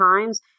times